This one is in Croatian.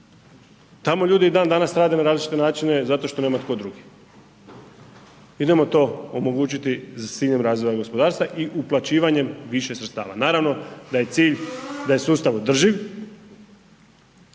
tamo ljudi i dan danas rade na različite načine zato što nema tko drugi. Idemo to omogućiti za … razvoja gospodarstva i uplaćivanjem više sredstava. Naravno da je cilj da je sustav održiv,